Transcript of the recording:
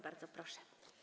Bardzo proszę.